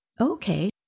Okay